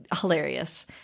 Hilarious